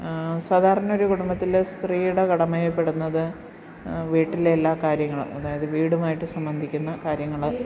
സാധാരണ ഒരു കുടുംബത്തിൽ സ്ത്രീയുടെ കടമയിൽ പെടുന്നത് വീട്ടിലെ എല്ലാ കാര്യങ്ങളും അതായത് വീടുമായിട്ട് സ ബന്ധിക്കുന്ന കാര്യങ്ങൾ